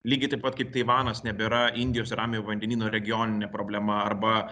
lygiai taip pat kaip taivanas nebėra indijos ir ramiojo vandenyno regioninė problema arba